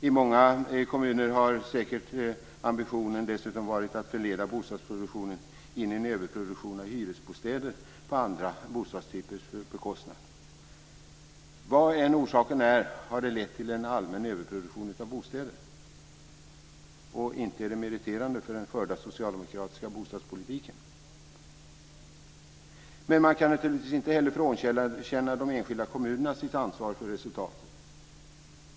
I många kommuner har säkert ambitionen varit att förleda bostadsproduktionen in i en överproduktion av hyresbostäder på andra bostadstypers bekostnad. Vad än orsaken är har det lett till en allmän överproduktion av bostäder. Inte är det meriterande för den förda socialdemokratiska bostadspolitiken. Man kan naturligtvis inte heller frånkänna de enskilda kommunerna sitt ansvar för resultatet.